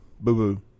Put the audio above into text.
boo-boo